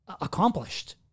accomplished